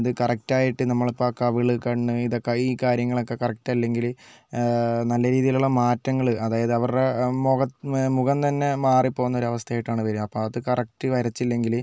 അത് കറക്റ്റ് ആയിട്ട് നമ്മളിപ്പോൾ ആ കവിൾ കണ്ണ് ഇതൊക്കെ ഈ കാര്യങ്ങളൊക്കെ കറക്റ്റ് അല്ലെങ്കിൽ നല്ല രീതിയിലുള്ള മാറ്റങ്ങൾ അതായത് അവരുടെ മുഖം മുഖം തന്നെ മാറിപ്പോകുന്നൊരു അവസ്ഥയായിട്ടാണ് വരുക അപ്പം അത് കറക്റ്റ് വരച്ചില്ലെങ്കിൽ